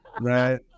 Right